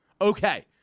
Okay